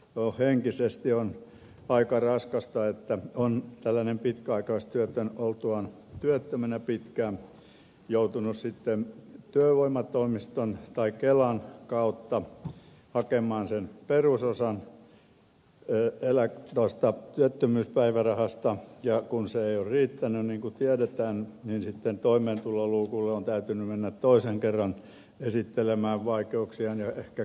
jo henkisesti on aika raskasta että tällainen pitkäaikaistyötön oltuaan työttömänä pitkään on joutunut sitten työvoimatoimiston tai kelan kautta hakemaan sen perusosan työttömyyspäivärahasta ja kun se ei ole riittänyt niin kuin tiedetään niin sitten toimeentuloluukulle on täytynyt mennä toisen kerran esittelemään vaikeuksiaan ja ehkä kurjuuttaankin